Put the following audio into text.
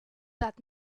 that